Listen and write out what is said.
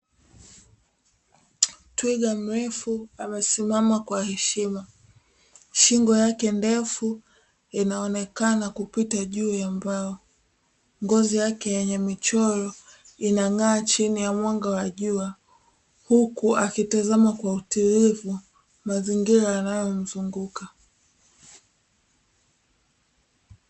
Twiga mrefu amesimama kwa heshima, shingo yake ndefu inaonekana kupita juu ya mbao. Ngozi yake yenye michoro, inang'aa chini ya mwanga wa jua, huku akitazama kwa utulivu mazingira yanayomzunguka.